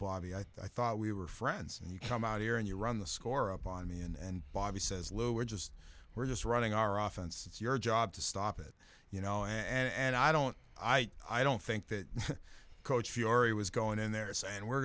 bobby i thought we were friends and you come out here and you run the score up on me and bobby says lou we're just we're just running are often it's your job to stop it you know and i don't i i don't think that coach fiore was going in there is and we're